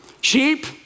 Sheep